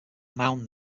mound